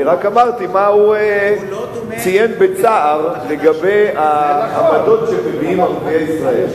אני רק אמרתי מה הוא ציין בצער לגבי העמדות שערביי ישראל מביעים.